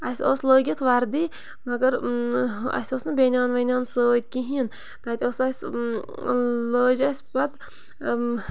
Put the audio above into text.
اَسہِ اوس لٲگِتھ وَردی مگر اَسہِ اوس نہٕ بیٚنیان ونیان سۭتۍ کِہیٖنۍ تَتہِ ٲس اَسہِ لٲج اَسہِ پَتہٕ